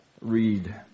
Read